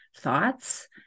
thoughts